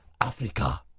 Africa